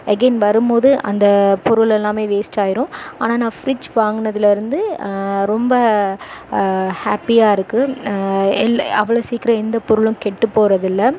again வரும் போது அந்த பொருள் எல்லாமே வேஸ்ட் ஆகிரும் ஆனால் நான் ஃப்ரிட்ஜ் வாங்கினதுல இருந்து ரொம்ப ஹாப்பியாக இருக்குது அவ்வளோ சீக்கிரம் எந்த பொருளும் கெட்டு போகிறது இல்லை